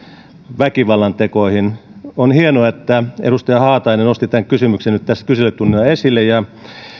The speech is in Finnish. väkivallantekoihin on hienoa että edustaja haatainen nosti tämän kysymyksen nyt tässä kyselytunnilla esille ja